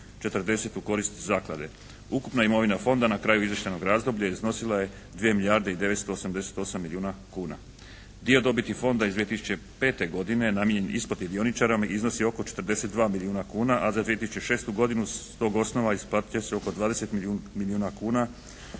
u korist Zaklade. Ukupna imovina Fonda na kraju izvještajnog razdoblja iznosila je 2 milijarde i 988 milijuna kuna. Dio dobiti Fonda iz 2005. godine namijenjen isplati dioničara iznosi oko 42 milijuna kuna, a za 2006. godinu s tog osnova isplatiti će se oko 20 milijuna kuna